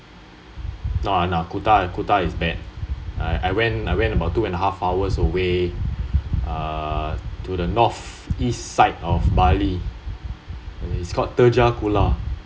nah nah kuta kuta is bad I I went I went about two and half hours away uh to the northeast side of bali is called tejakula